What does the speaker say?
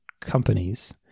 companies